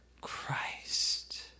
Christ